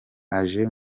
aje